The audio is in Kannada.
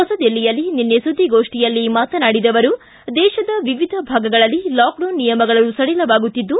ಹೊಸದಿಲ್ಲಿಯಲ್ಲಿ ನಿನ್ನೆ ಸುದ್ದಿಗೋಷ್ಠಿಯಲ್ಲಿ ಮಾತನಾಡಿದ ಅವರು ದೇಶದ ವಿವಿಧ ಭಾಗಗಳಲ್ಲಿ ಲಾಕ್ಡೌನ್ ನಿಯಮಗಳು ಸಡಿಲವಾಗುತ್ತಿದ್ದು